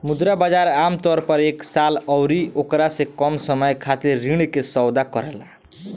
मुद्रा बाजार आमतौर पर एक साल अउरी ओकरा से कम समय खातिर ऋण के सौदा करेला